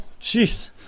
jeez